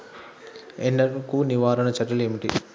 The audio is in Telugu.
ఎండకు నివారణ చర్యలు ఏమిటి?